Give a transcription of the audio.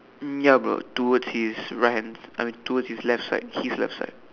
ya but towards his right hand I mean towards his left side his left side